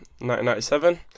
1997